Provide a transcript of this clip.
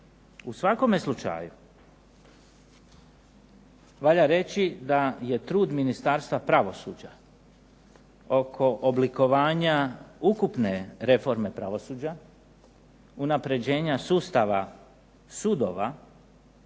U svakome slučaju valja reći da je trud Ministarstva pravosuđa oko oblikovanja ukupne reforme pravosuđa, unapređenja sustava sudova